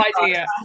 idea